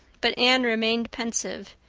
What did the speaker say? but anne remained pensive.